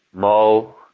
mull,